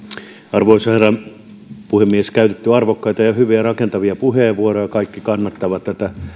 arvoisa herra puhemies on käytetty arvokkaita ja hyviä rakentavia puheenvuoroja kaikki kannattavat tätä